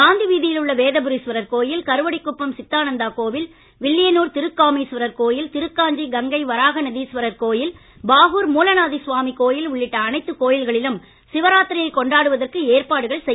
காந்தி வீதியிலுள்ள வேதபுரீஸ்வரர் கோயில் கருவடிக்குப்பம் சித்தானந்தா கோவில் வில்லியனூர் திருக்காமீஸ்வரர் கோயில் திருக்காஞ்சி கங்கை வராஹ நதீஸ்வரர் கோயில் பாகூர் மூலநாத சுவாமி கோயில்உள்ளிட்ட அனைத்து கோவில்களிலும் சிவராத்திரியை கொண்டாடுவதற்கு ஏற்பாடுகள் செய்யப்பட்டுள்ளன